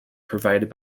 provided